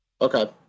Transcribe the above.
Okay